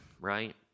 right